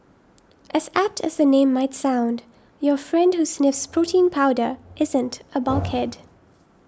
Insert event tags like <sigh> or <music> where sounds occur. as apt as the name might sound your friend who sniffs protein powder isn't a <noise> bulkhead